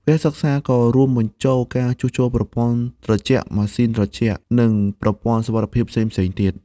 វគ្គសិក្សាក៏រួមបញ្ចូលការជួសជុលប្រព័ន្ធត្រជាក់ម៉ាស៊ីនត្រជាក់ និងប្រព័ន្ធសុវត្ថិភាពផ្សេងៗទៀត។